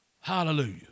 Hallelujah